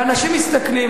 ואנשים מסתכלים.